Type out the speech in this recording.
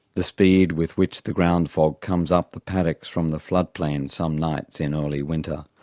the speed with which the ground fog comes up the paddocks from the flood plain some nights in early winter,